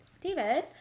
david